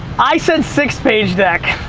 i said six page deck.